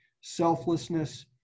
Selflessness